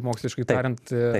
moksliškai tariant